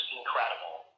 incredible